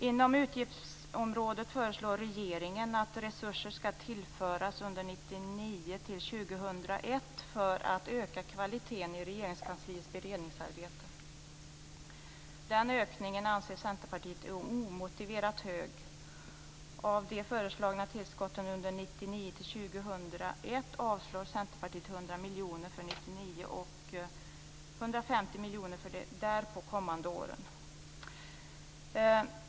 Inom utgiftsområdet föreslår regeringen att resurser skall tillföras 1999-2001 för att öka kvaliteten i Regeringskansliets beredningsarbete. Den ökningen anser Centerpartiet är omotiverat hög. Av de föreslagna tillskotten 1999-2001 avstyrker Centerpartiet 100 miljoner för 1999 och 150 miljoner för de därpå kommande åren.